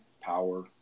power